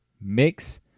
Mix